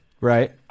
right